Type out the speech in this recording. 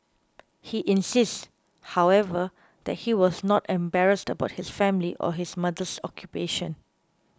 he insists however that he was not embarrassed about his family or his mother's occupation